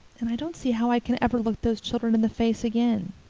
and i don't see how i can ever look those children in the face again.